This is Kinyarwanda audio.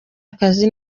akazi